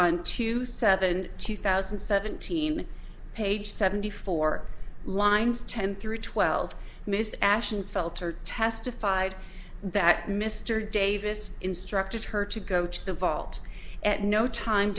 on two seven two thousand and seventeen page seventy four lines ten through twelve miss ashton felter testified that mr davis instructed her to go to the vault at no time